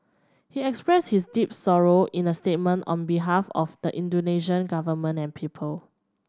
he expressed his deep sorrow in a statement on behalf of the Indonesian Government and people